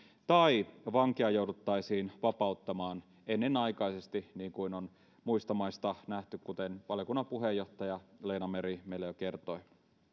tai vankeja jouduttaisiin vapauttamaan ennenaikaisesti niin kuin on muista maista nähty ja kuten valiokunnan puheenjohtaja leena meri meille jo kertoi